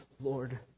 Lord